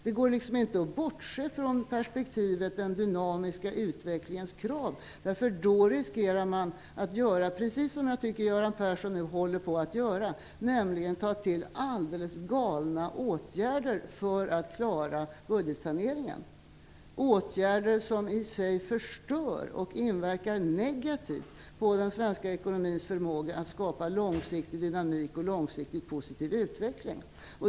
Det går inte att bortse från den dynamiska utvecklingens krav, för då riskerar man att göra det som jag tycker att Göran Persson nu håller på att göra, nämligen att ta till alldeles galna åtgärder för att klara budgetsaneringen, åtgärder som i sig förstör och inverkar negativt på den svenska ekonomins förmåga att skapa långsiktig dynamik och en långsiktigt positiv utveckling.